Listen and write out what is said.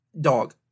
Dog